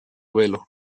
velo